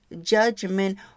judgment